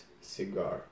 cigar